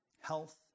health